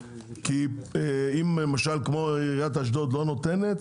כי אם למשל עיריית אשדוד לא נותנת,